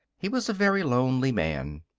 he was a very lonely man.